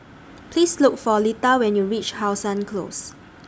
Please Look For Leta when YOU REACH How Sun Close